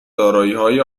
داراییهای